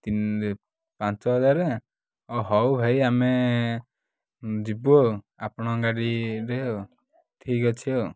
ତିନି ପାଞ୍ଚ ହଜାର ହଉ ଭାଇ ଆମେ ଯିବୁ ଆଉ ଆପଣଙ୍କ ଗାଡ଼ିରେ ଆଉ ଠିକ୍ଅଛି ଆଉ